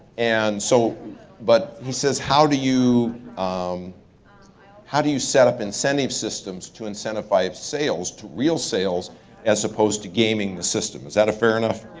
and so but he says, how do you um how do you set up incentive systems to incentivize sales, real sales as opposed to gaming the system. is that a fair enough?